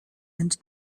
and